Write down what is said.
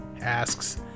asks